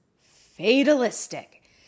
fatalistic